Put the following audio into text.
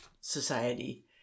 society